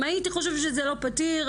אם הייתי חושבת שזה לא פתיר,